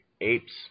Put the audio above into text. Apes